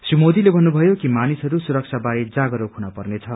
श्री मोदीले भन्नुथयो कि मानिसहरू सुरक्षा बारे जागरूकता हुन पेर्नछ